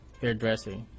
hairdressing